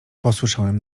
posłyszałem